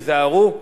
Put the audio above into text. היזהרו.